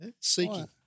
Seeking